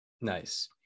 Nice